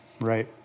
Right